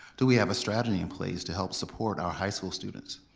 do we have a strategy in place to help support our high school students?